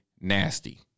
nasty